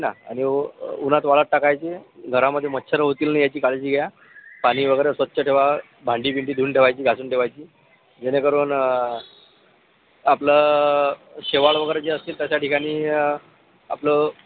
है ना आणि उन्हात वाळत टाकायचे घरामध्ये मच्छर होतील नाही याची काळजी घ्या पाणी वगैरे स्वच्छ ठेवा भांडी बिंडी धुऊन ठेवायची घासून ठेवायची जेणेकरून आपलं शेवाळ वगैरे जे असतील तशा ठिकाणी आपलं